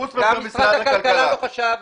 גם משרד הכלכלה לא חשב.